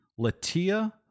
Latia